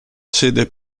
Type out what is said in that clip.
sede